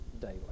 daily